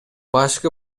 башкы